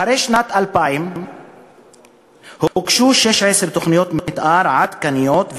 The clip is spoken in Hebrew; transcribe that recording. אחרי שנת 2000 הוגשו 16 תוכניות מתאר עדכניות,